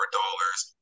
dollars